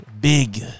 big